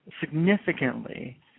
significantly